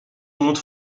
umut